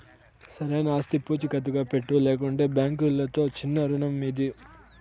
సరైన ఆస్తి పూచీకత్తుగా పెట్టు, లేకంటే బాంకీలుతో చిన్నా రుణమీదు